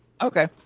Okay